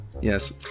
Yes